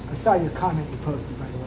saw your comment you posted by